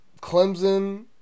Clemson